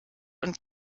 und